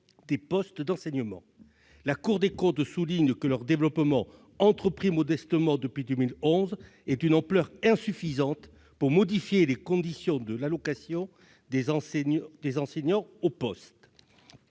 des postes d'enseignement. La Cour des comptes souligne que leur développement, entrepris modestement depuis 2011, est « d'une ampleur insuffisante pour modifier les conditions de l'allocation des enseignants aux postes